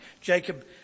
Jacob